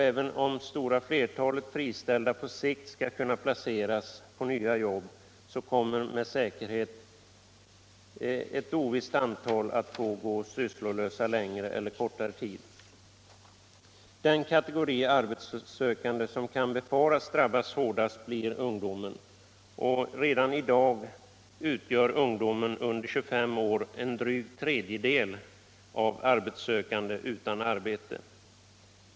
Även om det stora flertalet friställda på sikt skall kunna placeras på nya jobb kommer med säkerhet ett ovisst antal att få gå sysslolösa längre eller kortare tid. Den kategori arbetssökande som kan befaras drabbas hårdast blir ungdomen. Redan i dag utgör ungdomar under 25 år en dryg tredjedel av arbetssökande utan arbete.